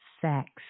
sex